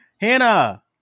Hannah